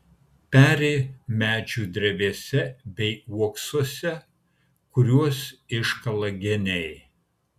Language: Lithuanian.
peri medžių drevėse bei uoksuose kuriuos iškala geniai